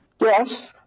Yes